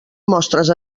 mostres